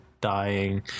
dying